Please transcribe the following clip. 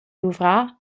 luvrar